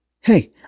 Hey